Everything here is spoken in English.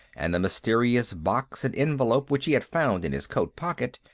and the mysterious box and envelope which he had found in his coat pocket,